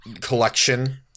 collection